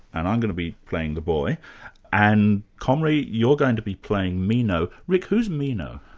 and i'm going to be playing the boy and comrie, you're going to be playing meno rick, who's meno?